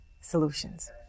solutions